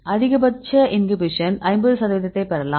அதிகபட்ச இன்ஹிபிஷன் 50 சதவீதத்தை பெறலாம்